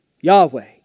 Yahweh